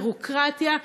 ביורוקרטיה,